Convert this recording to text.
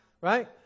right